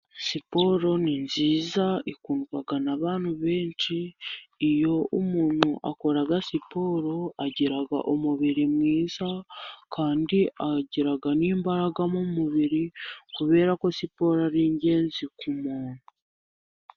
Siporo ni nziza ikundwa n'abantu benshi, iyo umuntu akora siporo agira umubiri mwiza ,kandi agira n'imbaraga mu mubiri, kubera ko siporo ari ingenzi ku muntu.